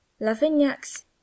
Lavignac's